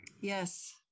Yes